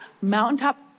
mountaintop